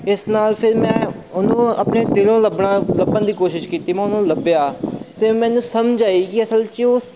ਇਸ ਨਾਲ ਫਿਰ ਮੈਂ ਉਹਨੂੰ ਆਪਣੇ ਦਿਲੋਂ ਲੱਭਣਾ ਲੱਭਣ ਦੀ ਕੋਸ਼ਿਸ਼ ਕੀਤੀ ਮੈਂ ਉਹਨੂੰ ਲੱਭਿਆ ਤਾਂ ਮੈਨੂੰ ਸਮਝ ਆਈ ਕਿ ਅਸਲ 'ਚ ਉਸ